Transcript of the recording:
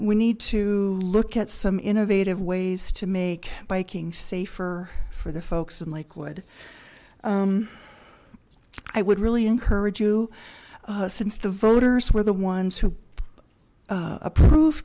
we need to look at some innovative ways to make biking safer for the folks in lakewood i would really encourage you since the voters were the ones who approved